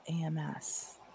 AMS